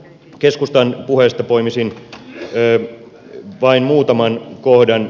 keskustan puheesta poimisin vain muutaman kohdan